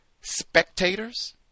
spectators